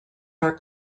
are